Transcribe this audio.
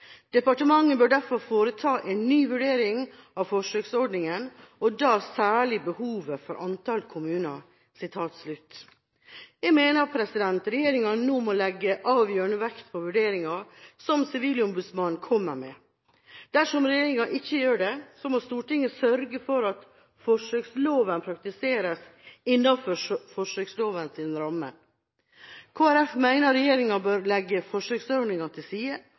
Departementet bør derfor foreta en ny vurdering av forsøksordningen, og da særlig behovet for antall kommuner.» Jeg mener regjeringa nå må legge avgjørende vekt på vurderinga som Sivilombudsmannen kommer med. Dersom regjeringa ikke gjør det, må Stortinget sørge for at forsøksloven praktiseres innenfor forsøkslovens rammer. Kristelig Folkeparti mener regjeringa bør legge forsøksordninga til side